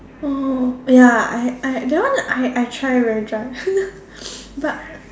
oh ya I I that one I I try very dry but